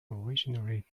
originally